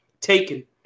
Taken